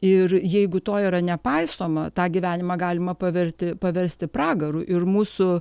ir jeigu to yra nepaisoma tą gyvenimą galima paverti paversti pragaru ir mūsų